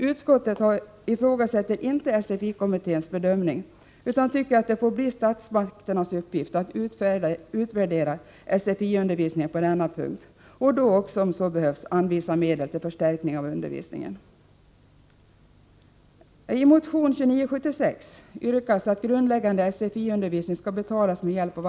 Utskottet ifrågasätter inte SFI-kommitténs bedömning utan tycker att det får bli statsmakternas uppgift att utvärdera SFI-undervisningen på denna punkt och då också, om så behövs, anvisa medel till förstärkning av undervisningen.